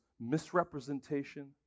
misrepresentation